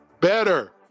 better